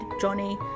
Johnny